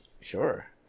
Sure